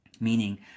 Meaning